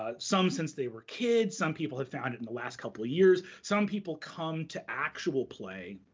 ah some since they were kids, some people have found it in the last couple of years, some people come to actual play